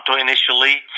initially